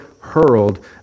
hurled